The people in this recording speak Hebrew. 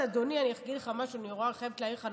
אדוני, אני אגיד לך משהו, אני חייבת להעיר לך.